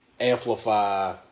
amplify